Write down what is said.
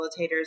facilitators